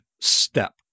step